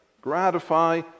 Gratify